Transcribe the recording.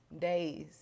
days